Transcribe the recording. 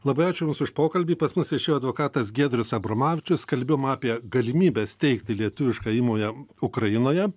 labai ačiū jums už pokalbį pas mus viešėjo advokatas giedrius abromavičius kalbėjom apie galimybes steigti lietuvišką įmonę ukrainoje